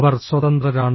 അവർ സ്വതന്ത്രരാണ്